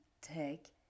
take